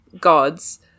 gods